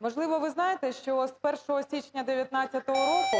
Можливо, ви знаєте, що з 1 січня 19-го року